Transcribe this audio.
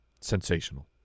Sensational